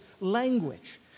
language